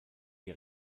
die